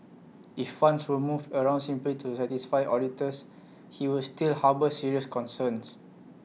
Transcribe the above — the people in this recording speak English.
if funds were moved around simply to satisfy auditors he would still harbour serious concerns